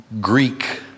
Greek